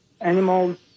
animals